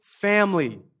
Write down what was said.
family